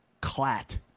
clat